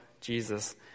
Jesus